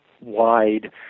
wide